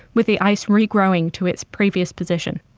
with the ice regrowing to its previous position.